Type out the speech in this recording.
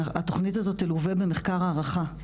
התוכנית הזאת תלווה במחקר הערכה,